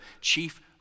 chief